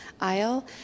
aisle